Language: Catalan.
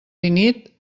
finit